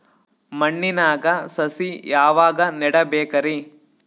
ಮಣ್ಣಿನಾಗ ಸಸಿ ಯಾವಾಗ ನೆಡಬೇಕರಿ?